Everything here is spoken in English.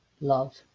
love